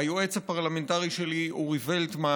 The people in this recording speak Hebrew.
היועץ הפרלמנטרי שלי אורי וולטמן